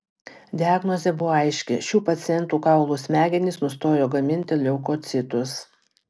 diagnozė buvo aiški šių pacientų kaulų smegenys nustojo gaminti leukocitus